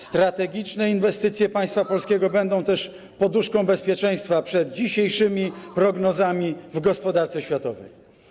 Strategiczne inwestycje państwa polskiego będą też poduszką bezpieczeństwa przed dzisiejszymi prognozami w gospodarce światowej.